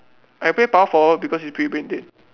I play power forward because you pretty brain dead